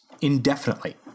indefinitely